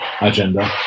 agenda